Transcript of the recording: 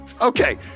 Okay